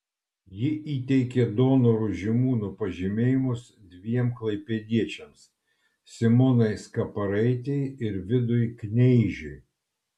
ji įteikė donorų žymūnų pažymėjimus dviem klaipėdiečiams simonai skaparaitei ir vidui kneižiui